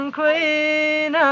queen